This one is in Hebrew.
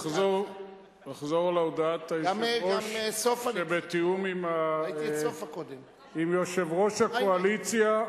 אחזור על הודעת היושב-ראש שבתיאום עם יושב-ראש הקואליציה,